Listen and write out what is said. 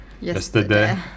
Yesterday